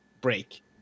break